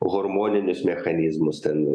hormoninius mechanizmus ten